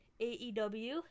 aew